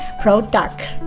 product